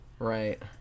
Right